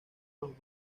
los